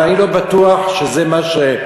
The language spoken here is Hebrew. אבל אני לא בטוח שזה מה שיוזיל,